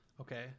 okay